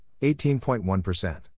18.1%